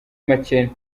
make